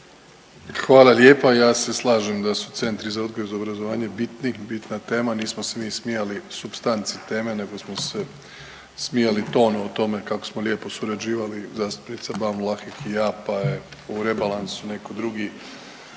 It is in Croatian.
Hvala lijepa. Ja se slažem da su centri za odgoj i obrazovanje bitni, bitna tema. Nismo se mi smijali supstanci teme, nego smo se smijali tonu o tome kako smo lijepo surađivali. Zastupnica Ban Vlahek i ja, pa je u rebalansu netko drugi